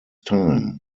time